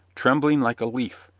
trembling like a leaf,